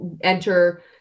enter